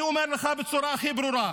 אני אומר לך בצורה הכי ברורה,